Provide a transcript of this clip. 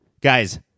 Guys